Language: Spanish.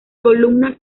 columnas